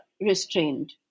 restrained